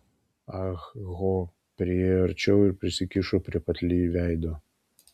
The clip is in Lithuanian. ah ho priėjo arčiau ir prisikišo prie pat li veido